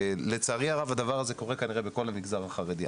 ולצערי הרב הדבר הזה קורה כנראה בכל המגזר החרדי.